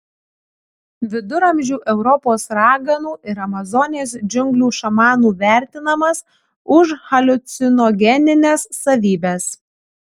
viduramžių europos raganų ir amazonės džiunglių šamanų vertinamas už haliucinogenines savybes